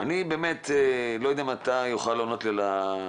אני לא יודע אם אתה תוכל לענות לי תשובות